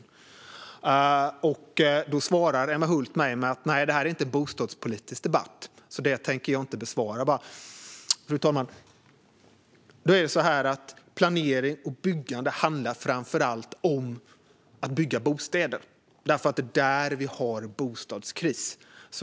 I sin replik till mig sa Emma Hult att det här inte är en bostadspolitisk debatt och att hon därför inte tänker besvara detta. Fru talman! Planering och byggande handlar dock framför allt om att bygga bostäder. Det är där vi har bostadskris.